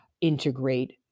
integrate